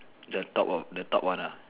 the top the top one ah